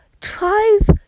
Tries